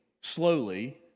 slowly